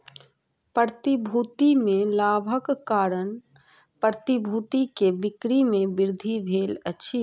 प्रतिभूति में लाभक कारण प्रतिभूति के बिक्री में वृद्धि भेल अछि